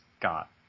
got